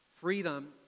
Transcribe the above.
Freedom